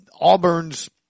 Auburn's